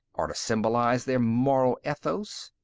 or to symbolize their moral ethos,